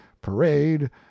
parade